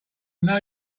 know